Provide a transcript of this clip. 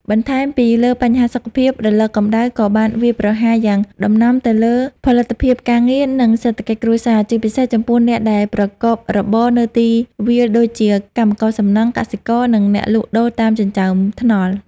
បន្ថែមពីលើបញ្ហាសុខភាព រលកកម្ដៅក៏បានវាយប្រហារយ៉ាងដំណំទៅលើផលិតភាពការងារ និងសេដ្ឋកិច្ចគ្រួសារ ជាពិសេសចំពោះអ្នកដែលប្រកបរបរនៅទីវាលដូចជា កម្មករសំណង់ កសិករ និងអ្នកលក់ដូរតាមចិញ្ចើមថ្នល់។